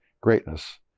Greatness